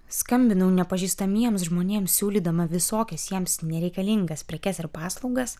skambinau nepažįstamiems žmonėms siūlydama visokias jiems nereikalingas prekes ir paslaugas